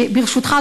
ברשותך,